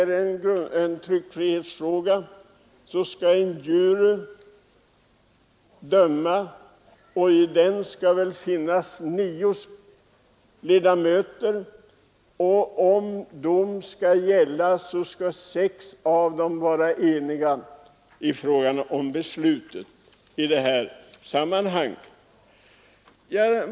I tryckfrihetsmål skall dom avkunnas av en jury bestående av nio ledamöter, och för att domen skall gälla skall minst sex av dem vara eniga om beslutet.